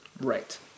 Right